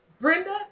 Brenda